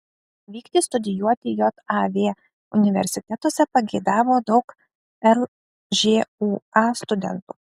vykti studijuoti jav universitetuose pageidavo daug lžūa studentų